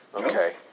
Okay